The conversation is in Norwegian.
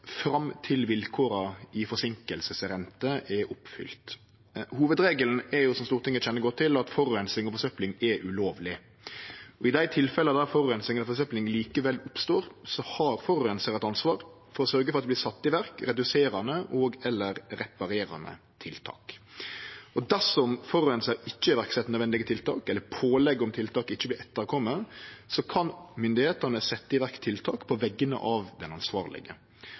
fram til vilkåra for forseinkingsrente er oppfylte. Hovudregelen er, som Stortinget kjenner godt til, at forureining og forsøpling er ulovleg, og i dei tilfella der forureining og forsøpling likevel oppstår, har forureinar eit ansvar for å sørgje for at det vert sett i verk reduserande og/eller reparerande tiltak. Dersom forureinar ikkje set i verk nødvendige tiltak, eller at pålegg om tiltak ikkje vert etterkome, kan myndigheitene setje i verk tiltak på vegner av den ansvarlege.